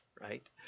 right